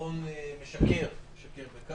ביטחון משכר, משקר,